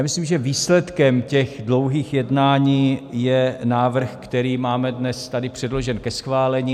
Myslím, že výsledkem těch dlouhých jednání je návrh, který máme dnes tady předložen ke schválení.